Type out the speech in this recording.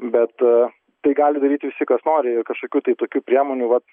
bet tai gali daryti visi kas nori ir kažkokių tai tokių priemonių vat